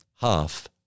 half